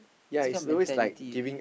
this kind of mentality